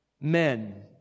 men